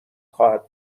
خواهد